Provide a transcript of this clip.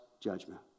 judgment